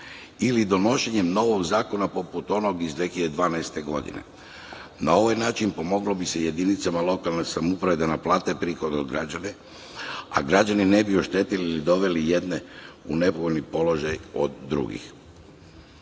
ili donošenjem novog zakona poput onog iz 2012. godine. Na ovaj način pomoglo bi se jedinicama lokalne samouprave da naplate prihode od građana, a građani ne bi oštetili ili doveli jedne u nepovoljni položaj od drugih. Takođe